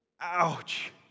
Ouch